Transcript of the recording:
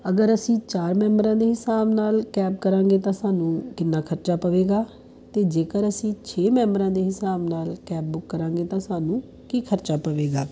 ਅਗਰ ਅਸੀਂ ਚਾਰ ਮੈਂਬਰਾਂ ਦੇ ਹਿਸਾਬ ਨਾਲ ਕੈਬ ਕਰਾਂਗੇ ਤਾਂ ਸਾਨੂੰ ਕਿੰਨਾ ਖਰਚਾ ਪਵੇਗਾ ਅਤੇ ਜੇਕਰ ਅਸੀਂ ਛੇ ਮੈਂਬਰਾਂ ਦੇ ਹਿਸਾਬ ਨਾਲ ਕੈਬ ਬੁੱਕ ਕਰਾਂਗੇ ਤਾਂ ਸਾਨੂੰ ਕੀ ਖਰਚਾ ਪਵੇਗਾ